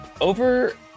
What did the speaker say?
over